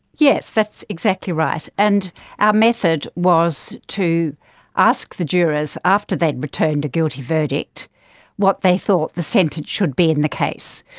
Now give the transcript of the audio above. yes, that's exactly right. and our method was to ask the jurors after they had returned a guilty verdict what they thought the sentence should be in the case.